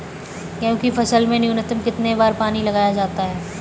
गेहूँ की फसल में न्यूनतम कितने बार पानी लगाया जाता है?